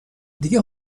دیگه